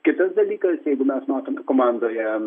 kitas dalykas jeigu mes matome komandoje